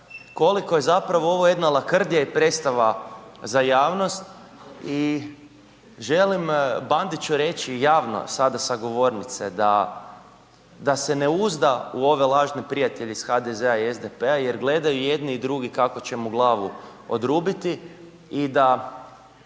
koliko je zapravo ovo jedna lakrdija i predstava za javnost i želim Bandiću reći javno sada sa govornice da se ne uzda u ove lažne prijatelje iz HDZ-a i SDP-a jer gledaju jedni i drugi kako će mu glavu odrubiti i da